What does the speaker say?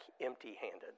empty-handed